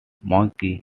monkey